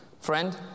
friend